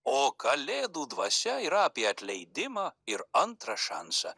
o kalėdų dvasia yra apie atleidimą ir antrą šansą